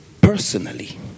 personally